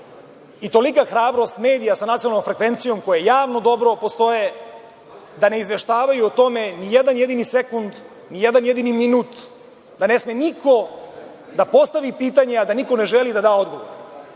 i tolika hrabrost medija sa nacionalnom frekvencijom, koja je javno dobro, da ne izveštavaju o tome nijedan jedini sekund, nijedan jedini minut, da ne sme niko da postavi pitanje, a da niko ne želi da da odgovor.